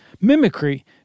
mimicry